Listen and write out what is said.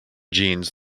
jeans